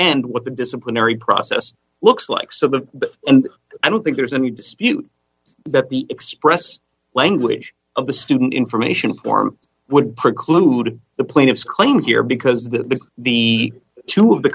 end what the disciplinary process looks like so that and i don't think there's any dispute that the express language of the student information form would preclude the plaintiff's claim here because the the two of the